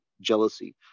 jealousy